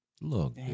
Look